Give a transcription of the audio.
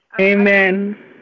Amen